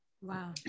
wow